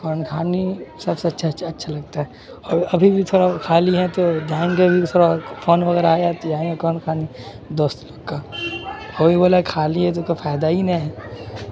قرآن خوانی سب سے اچھا اچھا لگتا ہے اور ابھی بھی تھوڑا خالی ہیں تو جائیں گے بھی تھوڑا فون وغیرہ آیا تو جائیں گے قرآن خوانی دوست لوگ کا وہ بھی بولا خالی ہے تو کوئی فائدہ ہی نہیں ہے